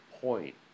point